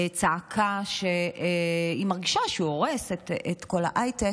צעקה שהיא מרגישה שהוא הורס את כל ההייטק,